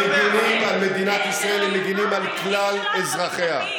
מגינים על מדינת ישראל, הם מגינים על כלל אזרחיה.